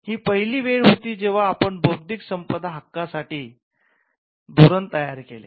ही पहिली वेळ होती जेव्हा आपण बौद्धिक संपदा हक्कांसाठी धोरण तयार केले